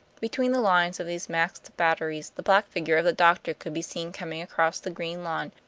between the lines of these masked batteries the black figure of the doctor could be seen coming across the green lawn,